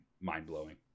mind-blowing